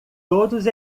todos